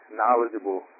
knowledgeable